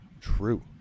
true